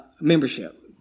membership